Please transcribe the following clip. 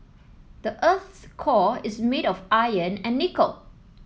the earth's core is made of iron and nickel